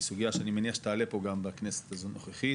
היא סוגיה שאני מניח שתעלה גם בכנסת הנוכחית,